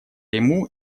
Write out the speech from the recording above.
ему